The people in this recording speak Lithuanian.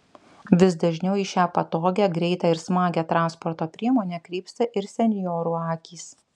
vis dažniau į šią patogią greitą ir smagią transporto priemonę krypsta ir senjorų akys